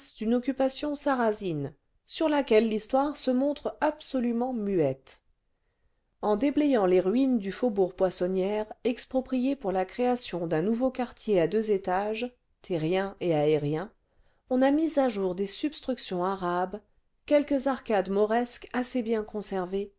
d'une occupation sarrasine sur laquelle l'histoire se montre absolument muette en déblayant les ruines du faubourg poissonnière exproprié pour la création d'un nouveau quartier à deux étages terrien et aérien on a mis à jour des substructions arabes quelques arcades mauresques assez bien conservées